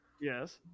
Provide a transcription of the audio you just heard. yes